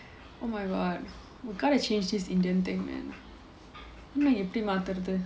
oh my god we got to change this indian thing man நம்ம எப்படி மாத்துறது:namma eppadi maathurathu